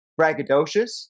braggadocious